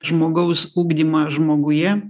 žmogaus ugdymą žmoguje